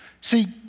See